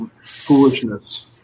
foolishness